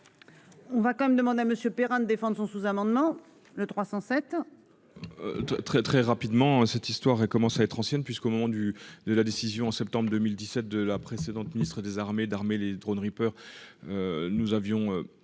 On va quand même demander à monsieur Perrain défendent son sous-amendements le 307. Très très rapidement. Cette histoire a commencé à être ancienne puisqu'au moment du de la décision en septembre 2017 de la précédente Ministre des Armées d'armer les drônes Reaper. Nous avions